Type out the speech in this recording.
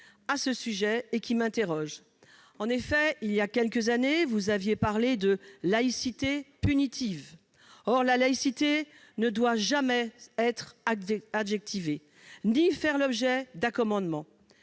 vos propos, qui interrogent. Il y a quelques années, vous aviez parlé de « laïcité punitive ». Or la laïcité ne doit jamais être adjectivée ni faire l'objet d'accommodements.